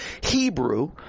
Hebrew